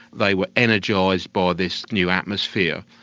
they were energised by this new atmosphere.